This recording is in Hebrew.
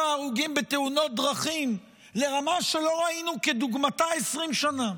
בכמות ההרוגים בתאונות דרכים לרמה שלא ראינו כדוגמתה 20 שנה.